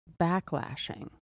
backlashing